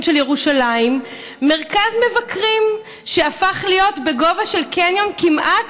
של ירושלים מרכז מבקרים שהפך להיות בגובה של קניון כמעט,